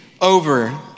over